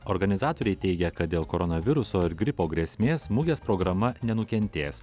organizatoriai teigia kad dėl koronaviruso ir gripo grėsmės mugės programa nenukentės